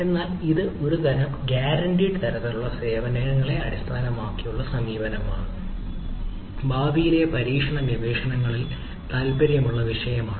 എന്നാൽ ഇത് ഒരുതരം ഗ്യാരണ്ടീഡ് തരത്തിലുള്ള സേവനങ്ങളെ അടിസ്ഥാനമാക്കിയുള്ള സമീപമാണ് ഭാവിയിലെ പഠന ഗവേഷണങ്ങളിൽ താൽപ്പര്യമുള്ള വിഷയമാണിത്